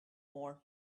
more